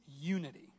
unity